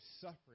suffering